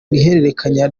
ihererekanya